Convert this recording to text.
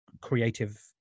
creative